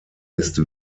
ist